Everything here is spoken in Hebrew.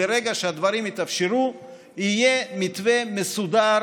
וברגע שהדברים יתאפשרו יהיה מתווה מסודר